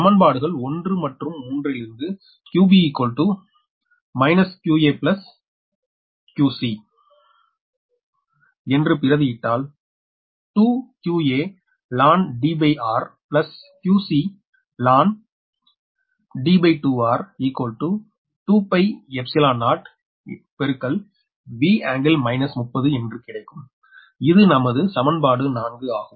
சமன்பாடுகள் 1 மற்றும் 3 லிருந்து 𝑞𝑏 −𝑞𝑎 𝑞𝑐 என்று பிரதியிட்டால் 2qaln Drqcln D2r20V∟ 30என்று கிடைக்கும் இது நமது சமன்பாடு 4 ஆகும்